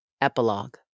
Epilogue